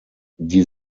die